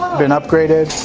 been upgraded.